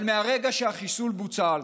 אבל מהרגע שהחיסול בוצע,